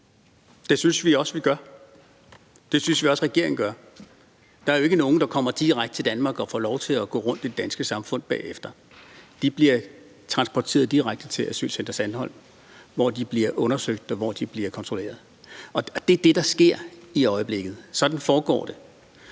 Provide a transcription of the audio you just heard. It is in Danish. Det synes vi også at vi gør. Det synes vi også at regeringen gør. Der er jo ikke nogen, der kommer direkte til Danmark og får lov til at gå rundt i det danske samfund bagefter. De bliver transporteret direkte til asylcenter Sandholm, hvor de bliver undersøgt og kontrolleret. Det er det, der sker i øjeblikket. Sådan foregår det.